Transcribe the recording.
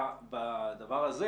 הלקחים מתוך הדבר הזה